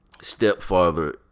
Stepfather